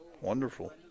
Wonderful